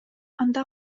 анда